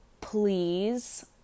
please